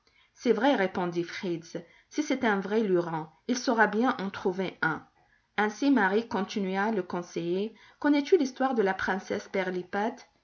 c'est vrai répondit fritz si c'est un vrai luron il saura bien en trouver un ainsi marie continua le conseiller connais-tu l'histoire de la princesse